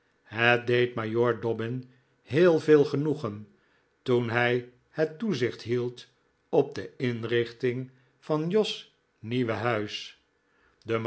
het deed majoor dobbin heel veel genoegen toen hij het toezicht hield op de indenting van jos nieuwe huis de